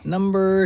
Number